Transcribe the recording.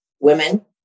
women